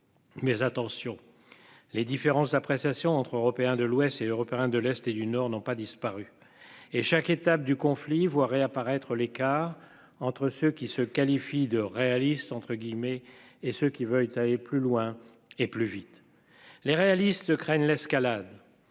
Mais attention les différences d'appréciation entre Européens de l'Ouest et européens de l'Est et du Nord n'ont pas disparu et chaque étape du conflit, voir réapparaître l'écart entre ce qui se qualifie de réaliste entre guillemets et ce qu'il veuille ta et, plus loin et plus vite les réalistes craignent l'escalade.